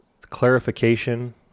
clarification